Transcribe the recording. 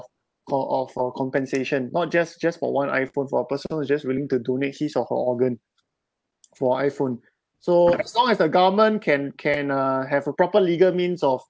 co~ of or compensation not just just for one iphone for a person who's just willing to donate his or her organ for iphone so as long as the government can can uh have a proper legal means of